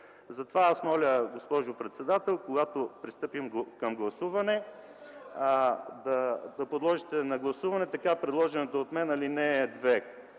Затова моля, госпожо председател, когато пристъпим към гласуване, да подложите на гласуване така предложената от мен ал. 2 към